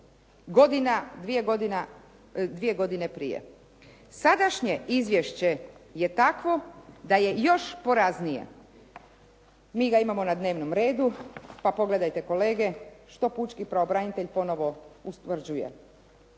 bilo dvije godine prije. Sadašnje izvješće je takvo da je još poraznije. Mi ga imamo na dnevnom redu pa pogledajte kolege što pučki pravobranitelj ponovo ustvrđuje.